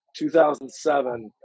2007